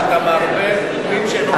אתה מערבב מין בשאינו מינו.